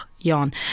yawn